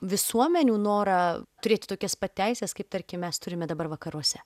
visuomenių norą turėti tokias pat teises kaip tarkim mes turime dabar vakaruose